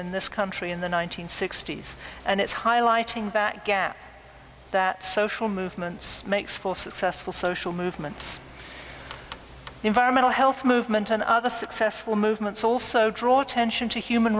in this country in the one nine hundred sixty s and it's highlighting back gap that social movements makes for successful social movements environmental health movement and other successful movements also draw attention to human